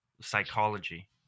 psychology